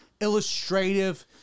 illustrative